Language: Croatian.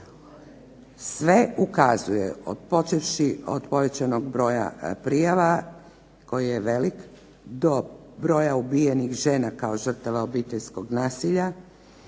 Sve ukazuje počevši od povećanog broja prijava koji je velik do broja ubijenih žena kao žrtava obiteljskog nasilja